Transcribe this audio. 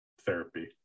therapy